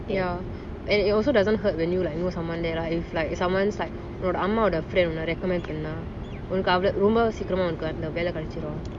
ya and it also doesn't hurt when you like know someone there lah if like someone's like oh I know a friend I recommend பண்ண உன்னக்கு உன்னக்கு ரொம்ப சீக்கிரமா வெல்ல கெடைச்சிடும்:panna unnaku unnaku romba seekirama vella kedaichidum